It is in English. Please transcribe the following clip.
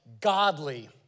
godly